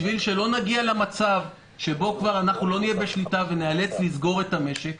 בשביל שלא נגיע למצב שאנחנו לא נהיה בשליטה וניאלץ לסגור את המשק,